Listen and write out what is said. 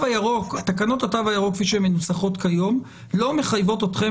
תקנות התו הירוק כפי שהן מנוסחות היום לא מחייבות אתכם